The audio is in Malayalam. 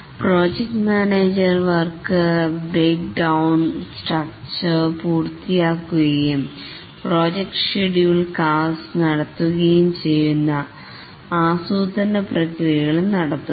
project manager work break down structure പൂർത്തിയാക്കുകയും പ്രൊജക്റ്റ് ഷെഡ്യൂൾഡ് കാസ്റ്റ് നടത്തുകയും ചെയ്യുന്ന ആസൂത്രണ പ്രക്രിയകളും നടത്തുന്നു